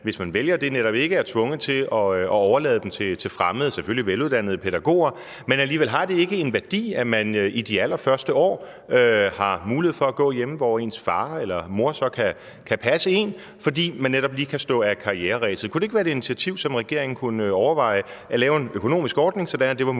hvis man vælger det, netop ikke er tvunget til at overlade dem til fremmede, selvfølgelig veluddannede, pædagoger? Har det alligevel ikke en værdi, at man i de allerførste år har mulighed for at gå hjemme, hvor ens far eller mor så kan passe en, fordi man netop lige kan stå af karriereræset? Kunne det ikke være et initiativ, som regeringen kunne overveje, altså at lave en økonomisk ordning, sådan at det var muligt